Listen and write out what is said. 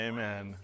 Amen